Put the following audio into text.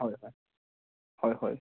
হয় হয় হয় হয়